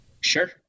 Sure